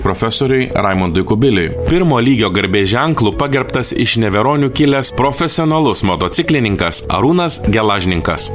profesoriui raimundui kubiliui pirmo lygio garbės ženklu pagerbtas iš neveronių kilęs profesionalus motociklininkas arūnas gelažninkas